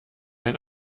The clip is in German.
ein